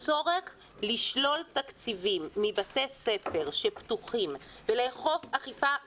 הצורך לשלול תקציבים מבתי ספר שפתוחים ולאכוף אכיפה,